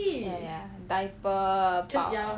ya ya ya diaper pow~